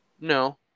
No